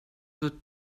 wird